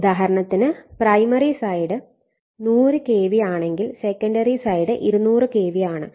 ഉദാഹരണത്തിന് primary side 100 kV ആണെങ്കിൽ secondary side 200 kV ആണ്